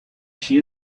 she